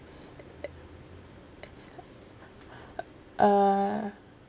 uh